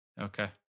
Okay